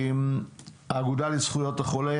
האגודה לזכויות החולה,